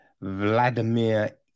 Vladimir